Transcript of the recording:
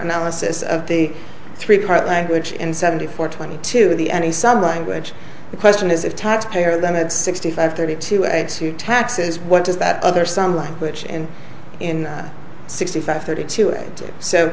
analysis of the three part language and seventy four twenty two the any some language the question is if tax payer that had sixty five thirty two and two taxes what does that other some language and in sixty five thirty to